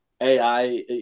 AI